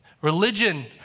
Religion